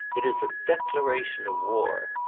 it is a declaration of war.